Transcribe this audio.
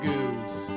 Goose